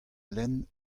lenn